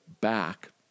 back